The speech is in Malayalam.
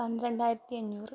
പന്ത്രണ്ടായിരത്തി അഞ്ഞൂറ്